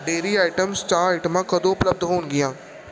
dairy items ਚਾਹ ਆਇਟਮਾਂ ਕਦੋਂ ਉਪਲੱਬਧ ਹੋਣਗੀਆਂ